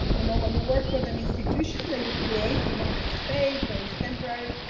you know, when you work with an institution that you create, even if it's fake, or it's temporary,